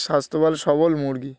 স্বাস্থ্যবান সবল মুরগি